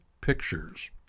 pictures